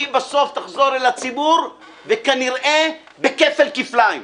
היא בסוף תחזור אל הציבור וכנראה בכפל כפליים.